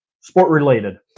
sport-related